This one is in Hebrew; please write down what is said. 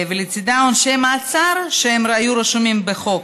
ולצידה עונשי מאסר שהיו רשומים בחוק,